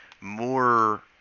more